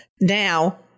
Now